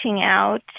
out